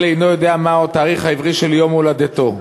אינו יודע מהו התאריך העברי של יום הולדתו.